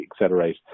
accelerate